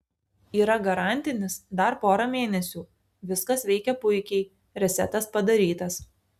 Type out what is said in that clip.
yra garantinis dar pora mėnesių viskas veikia puikiai resetas padarytas